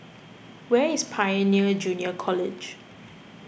where is Pioneer Junior College